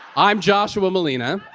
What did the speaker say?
i'm joshua malina.